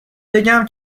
بگم